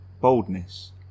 boldness